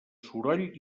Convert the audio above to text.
soroll